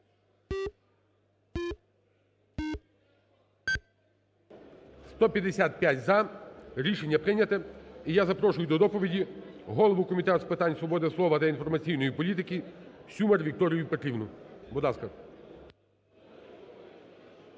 За-155 Рішення прийняте. І я запрошую до доповіді голову Комітету з питань свободи слова та інформаційної політики Сюмар Вікторію Петрівну. Будь ласка.